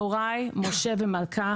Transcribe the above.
הוריי, משה ומלכה